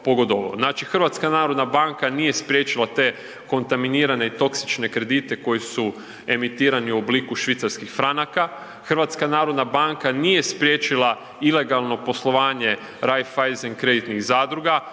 Znači, HNB nije spriječila te kontaminirane i toksične kredite koji su emitirani u obliku švicarskih franaka, HNB nije spriječila ilegalno poslovanje Raiffeisen kreditnih zadruga,